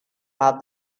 have